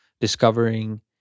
discovering